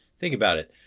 think about it.